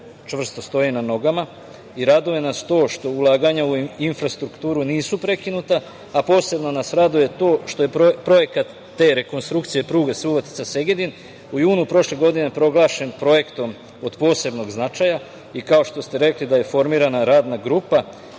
čvrsto stoji na nogama i raduje nas to što ulaganja u infrastrukturu nisu prekinuta, a posebno nas raduje to što je projekat te rekonstrukcije pruge Subotica-Segedin u junu prošle godine proglašen projektom od posebnog značaja i kao što ste rekli, da je formirana radna grupa